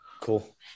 cool